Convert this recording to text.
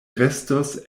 restos